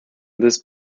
this